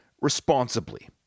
responsibly